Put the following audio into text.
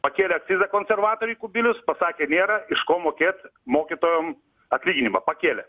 pakėlė akcizą konservatoriai kubilius pasakė nėra iš ko mokėt mokytojom atlyginimą pakėlė